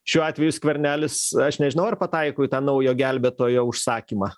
šiuo atveju skvernelis aš nežinau ar pataiko į tą naujo gelbėtojo užsakymą